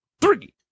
three